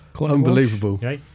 unbelievable